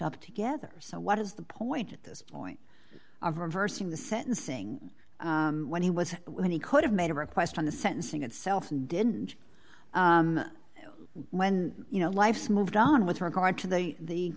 up together so what is the point at this point of reversing the sentencing when he was when he could have made a request on the sentencing itself and didn't when you know life's moved on with regard to the